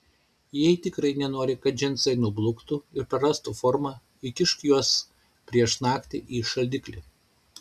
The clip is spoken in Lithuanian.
jei tikrai nenori kad džinsai nubluktų ir prarastų formą įkišk juos prieš naktį į šaldiklį